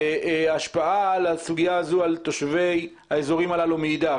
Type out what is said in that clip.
השפעת הסוגיה הזאת על תושבי האזורים הללו מאידך